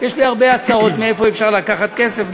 יש לי הרבה הצעות מאיפה אפשר לקחת כסף,